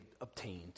obtained